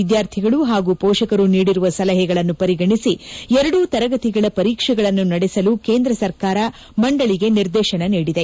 ವಿದ್ಯಾರ್ಥಿಗಳು ಹಾಗೂ ಮೋಷಕರು ನೀಡಿರುವ ಸಲಹೆಗಳನ್ನು ಪರಿಗಣಿಸಿ ಎರಡೂ ತರಗತಿಗಳ ಪರೀಕ್ಷೆಗಳನ್ನು ನಡೆಸಲು ಕೇಂದ್ರ ಸರ್ಕಾರ ಮಂಡಳಿಗೆ ನಿರ್ದೇಶನ ನೀಡಿದೆ